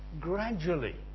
gradually